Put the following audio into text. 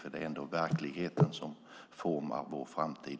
Det är ju ändå verkligheten som formar vår framtid.